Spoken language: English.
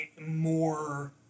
more